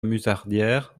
musardière